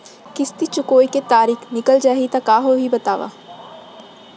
किस्ती चुकोय के तारीक निकल जाही त का होही बताव?